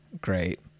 great